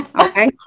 Okay